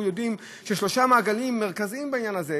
אנחנו יודעים שיש שלושה מעגלים מרכזיים בעניין הזה.